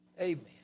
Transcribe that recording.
Amen